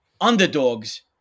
underdogs